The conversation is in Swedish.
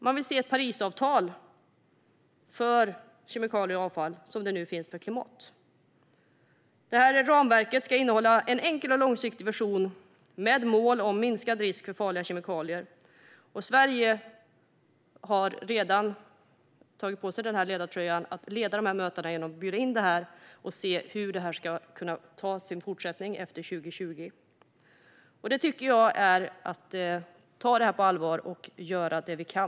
Man vill se ett Parisavtal för kemikalier och avfall, som det nu finns för klimatet. Ramverket ska innehålla en enkel och långsiktig version med mål om minskad risk för farliga kemikalier. Sverige har redan tagit på sig ledartröjan genom att bjuda in till mötet och se på hur arbetet kan ta sin fortsättning efter 2020. Det här är att ta frågan på allvar och göra det vi kan.